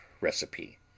Recipe